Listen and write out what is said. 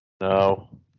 No